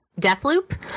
Deathloop